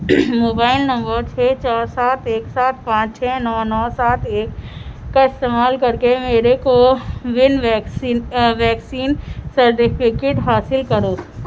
mobile number چھ چار سات ایک سات پانچ چھ نو نو سات ایک کا استعمال کر کے میرے CoWIN vaccine a vaccine certificate حاصل کرو